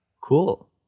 Cool